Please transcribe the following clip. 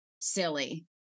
silly